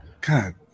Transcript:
god